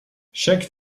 chaque